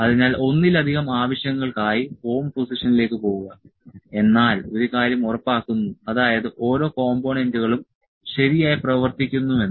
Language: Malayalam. അതിനാൽ ഒന്നിലധികം ആവശ്യങ്ങൾക്കായി ഹോം പൊസിഷനിലേക്ക് പോകുക എന്നാൽ ഒരു കാര്യം ഉറപ്പാക്കുന്നു അതായത് ഓരോ കോംപോണേന്റുകളും ശരിയായി പ്രവർത്തിക്കുന്നു എന്ന്